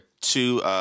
two